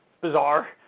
bizarre